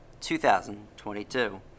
2022